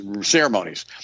ceremonies